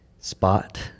spot